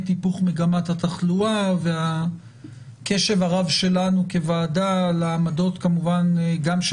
היפוך מגמת התחלואה והקשב הרב שלנו כוועדה לעמדות כמובן גם של